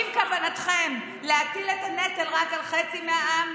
האם כוונתכם להטיל את הנטל רק על חצי מהעם?